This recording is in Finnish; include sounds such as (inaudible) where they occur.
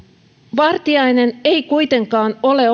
vartiainen ei kuitenkaan ole (unintelligible)